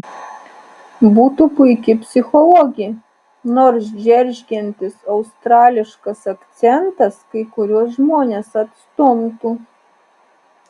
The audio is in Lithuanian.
būtų puiki psichologė nors džeržgiantis australiškas akcentas kai kuriuos žmones atstumtų